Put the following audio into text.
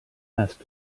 asked